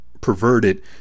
perverted